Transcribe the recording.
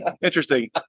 interesting